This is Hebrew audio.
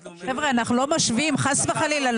חבר'ה, אנחנו לא משווים, חס וחלילה.